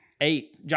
Eight